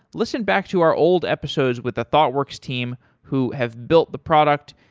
listen back to our old episodes with the thoughtworks team who have built the product.